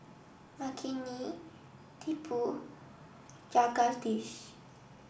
Makineni Tipu Jagadish